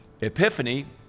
epiphany